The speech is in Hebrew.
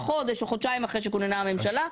חודש או חודשיים אחרי שכוננה הממשלה,